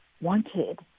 wanted